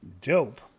Dope